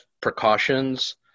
precautions